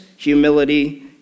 humility